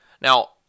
Now